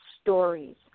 stories